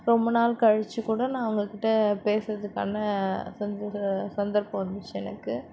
ரொம்ப நாள் கழித்து கூட நான் அவங்கக் கிட்டே பேசுகிறதுக்கான சந்தர்ப்பம் வந்துச்சு எனக்கு